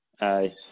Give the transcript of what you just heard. Aye